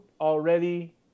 already